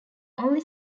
only